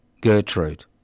gertrude